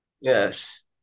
Yes